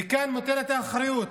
וכאן מוטלת האחריות